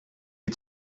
die